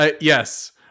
yes